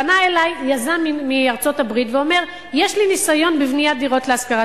פנה אלי יזם מארצות-הברית והוא אומר: יש לי ניסיון בבניית דירות להשכרה.